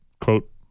quote